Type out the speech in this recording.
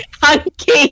Hunky